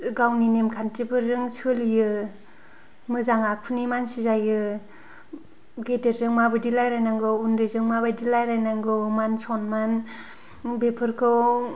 गावनि नेम खान्थिफोरजों सोलियो मोजां आखुनि मानसि जायो गेदेरजों मा बायदि रायज्लायनांगौ उन्दैजों मा बायदि रायज्लायनांगौ मान सनमान बेफोरखौ